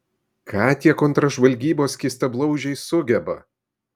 ką tie kontržvalgybos skystablauzdžiai sugeba